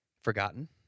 forgotten